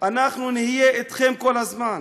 אנחנו נהיה אתכם כל הזמן